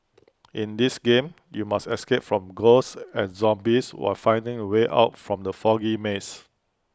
in this game you must escape from ghosts and zombies while finding A way out from the foggy maze